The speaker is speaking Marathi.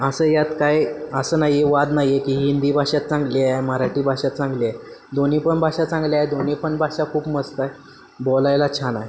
असं यात काय असं नाही आहे वाद नाही आहे की हिंदी भाषाच चांगली आहे मराठी भाषा चांगली आहे दोन्ही पण भाषा चांगल्या आहे दोन्ही पण भाषा खूप मस्त आहे बोलायला छान आहे